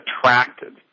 attracted